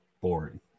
boring